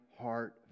heart